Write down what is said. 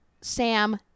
Sam